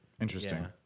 Interesting